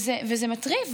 וזה מטריף,